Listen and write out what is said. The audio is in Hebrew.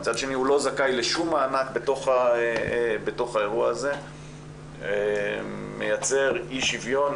מצד שני הוא לא זכאי לשום מענק בתוך האירוע הזה מייצר אי שוויון,